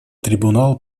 трибунал